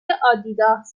آدیداس